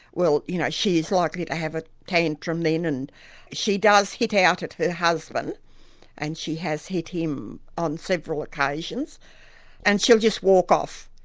well you know she is likely to have a tantrum then and she does hit out at her husband and she has hit him on several occasions and she'll just walk off.